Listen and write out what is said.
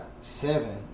Seven